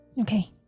Okay